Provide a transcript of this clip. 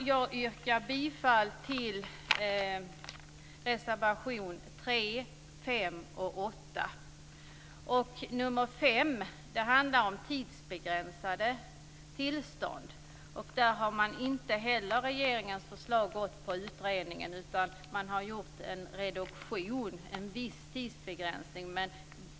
Jag yrkar bifall till reservationerna 3, 5 och 8. Reservation 5 handlar om tidsbegränsade tillstånd. Där har man inte heller i regeringens förslag gått på utredningens linje. Man har gjort en reduktion, en viss tidsbegränsning.